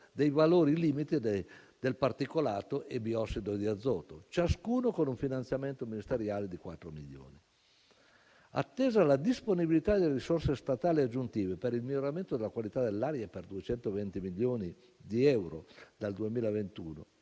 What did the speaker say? dei valori limite del particolato e biossido di azoto, ciascuno con un finanziamento ministeriale di 4 milioni. Attesa la disponibilità delle risorse statali aggiuntive per il miglioramento della qualità dell'aria per 220 milioni di euro dal 2021,